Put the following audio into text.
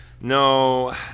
No